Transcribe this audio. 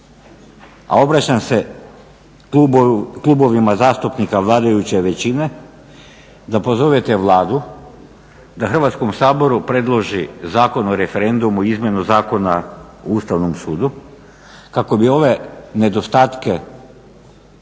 a obraćam se klubovima zastupnika vladajuće većine da pozovete Vladu da Hrvatskom saboru predloži Zakon o referendumu, izmjenu Zakona o Ustavnom sudu kako bi ove nedostatke